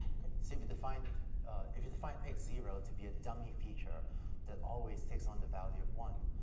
okay? see we define if we define x zero to be a dummy feature that always takes on the value of one,